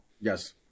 Yes